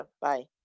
Bye